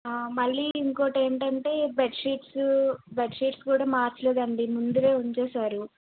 మళ్ళీ ఇంకోకటి ఏంటంటే బెడ్షీట్స్ బెడ్షీట్ కూడా మార్చలేదండి ముందువే ఉంచేసారు